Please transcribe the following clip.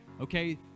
Okay